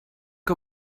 que